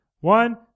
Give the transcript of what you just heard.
One